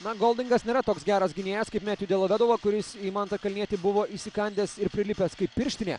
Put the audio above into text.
na goldingas nėra toks geras gynėjas kaip metju delovedova kuris į mantą kalnietį buvo įsikandęs ir prilipęs kaip pirštinė